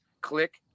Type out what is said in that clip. click